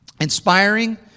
inspiring